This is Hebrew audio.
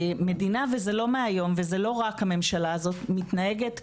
המדינה וזה לא מהיום וזה לא רק הממשלה הזאת מתנהגת כמו,